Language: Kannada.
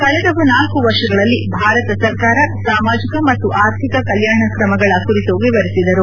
ಕಳೆದ ನಾಲ್ಕು ವರ್ಷಗಳಲ್ಲಿ ಭಾರತ ಸರ್ಕಾರ ಸಾಮಾಜಿಕ ಮತ್ತು ಆರ್ಥಿಕ ಕಲ್ಲಾಣ ಕ್ರಮಗಳ ಕುರಿತು ವಿವರಿಸಿದರು